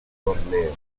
borneo